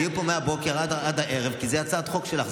תהיו פה מהבוקר עד הערב, כי זאת הצעת חוק שלך.